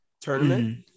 tournament